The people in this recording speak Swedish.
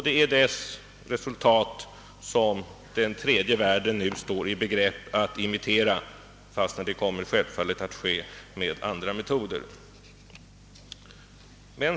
Det är dess resultat som den tredje världen nu står i begrepp att imitera, fastän det naturligtvis kommer att äga rum med andra metoder.